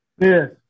Yes